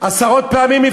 עשרות פעמים.